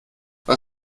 war